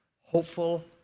hopeful